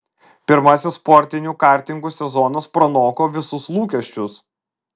pirmasis sportinių kartingų sezonas pranoko visus lūkesčius